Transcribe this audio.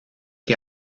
que